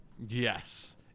Yes